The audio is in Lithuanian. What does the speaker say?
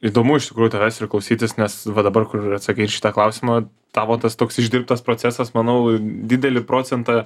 įdomu iš tikrųjų tavęs ir klausytis nes va dabar kur ir atsakei į šitą klausimą tavo tas toks išdirbtas procesas manau didelį procentą